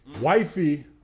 Wifey